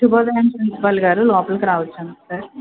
శుభోదయం ప్రిన్సిపల్గారు లోపలికి రావచ్చా సార్